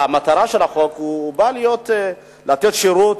המטרה של החוק: הוא בא לתת שירות,